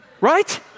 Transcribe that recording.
right